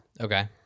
Okay